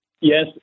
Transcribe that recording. Yes